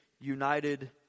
united